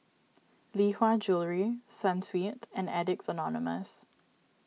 Lee Hwa Jewellery Sunsweet and Addicts Anonymous